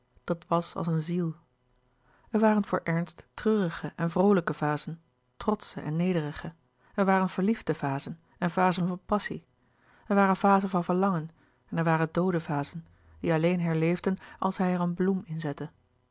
dat was als een ziel er waren voor ernst treurige en vroolijke vazen trotsche en nederige er waren verliefde vazen en vazen van passie er waren vazen van verlangen en er waren doode vazen die alleen herleefden als hij er een bloem